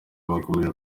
bakomeje